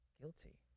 Guilty